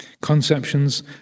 conceptions